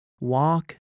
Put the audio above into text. Walk